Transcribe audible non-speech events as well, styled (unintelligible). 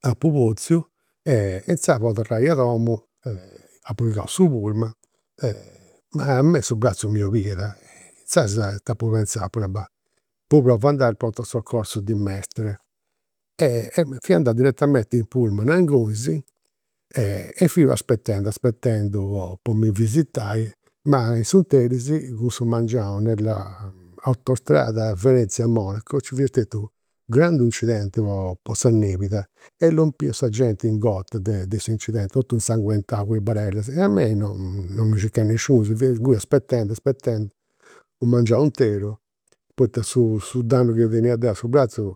apu potziu e inzaras po torrai a domu apu pigau su pullman. Ma a mei su bratzu mi 'oliat e inzaras ita apu penzau, bah imui provu andai al pronto soccorso di Mestre. Fia andau direttamente in pullman ingunis e fiu aspetendi aspetendi po mi visitai, ma in s'interis cussu mengianu, nella autostrada Venezia Monaco nci fiat (unintelligible) u' grandu incidenti po po sa. (unintelligible) E lompiat sa genti ingorta de de s'incidenti, totus insanguetaus, cun i' barellas, e a mei non mi circat nisciunus, fia inguni aspetendi aspetendi u' mengianu interu. Poita su (hesitation) su dannu chi tenia deu a su bratzu